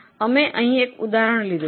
અહીં એક ઉદાહરણ આપવામાં આવ્યું છે